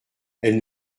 elle